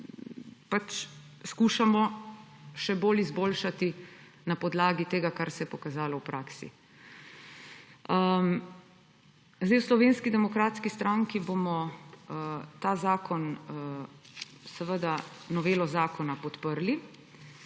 poskušamo še bolj izboljšati na podlagi tega, kar se je pokazalo v praksi. V Slovenski demokratski stranki bomo seveda novelo zakona podprli.